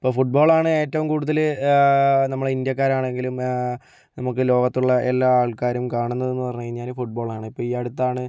ഇപ്പോൾ ഫുട്ബോളാണ് ഏറ്റവും കൂടുതൽ നമ്മൾ ഇന്ത്യക്കാരാണെങ്കിലും നമുക്ക് ലോകത്തുള്ള എല്ലാ ആൾക്കാരും കാണുന്നതെന്ന് പറഞ്ഞു കഴിഞ്ഞാൽ ഫുട്ബോളാണ് ഇപ്പോൾ ഈ അടുത്താണ്